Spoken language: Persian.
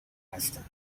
هستم